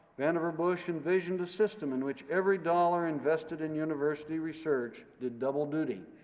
vannevar bush envisioned a system in which every dollar invested in university research did double duty.